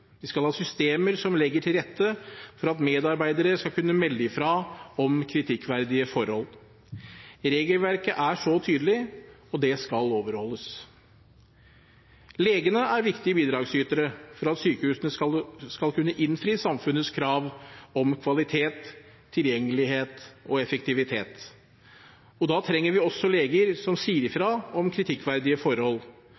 vi skal ha systemer som legger til rette for at medarbeidere skal kunne melde fra om kritikkverdige forhold. Regelverket er så tydelig, og det skal overholdes. Legene er viktige bidragsytere for at sykehusene skal kunne innfri samfunnets krav om kvalitet, tilgjengelighet og effektivitet, og da trenger vi også leger som sier ifra